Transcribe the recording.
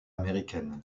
américaine